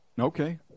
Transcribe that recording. Okay